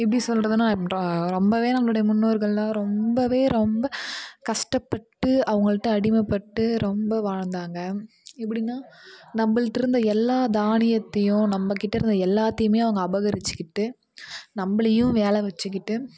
எப்படி சொல்கிறதுனா ரொம்பவே நம்மளுடைய முன்னோர்கள்லாம் ரொம்பவே ரொம்ப கஷ்டப்பட்டு அவங்கள்ட்ட அடிமைப்பட்டு ரொம்ப வாழ்ந்தாங்க எப்படினா நம்மள்ட்ட இருந்த எல்லா தானியத்தையும் நம்மக்கிட்ட இருந்த எல்லாத்தையுமே அவங்க அபகரிச்சிக்கிட்டு நம்மளையும் வேலை வச்சிக்கிட்டு